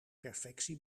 perfectie